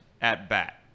at-bat